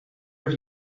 have